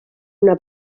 una